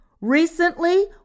Recently